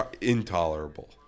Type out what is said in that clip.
intolerable